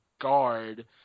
guard